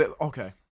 Okay